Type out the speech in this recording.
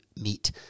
meet